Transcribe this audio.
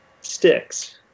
sticks